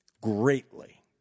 greatly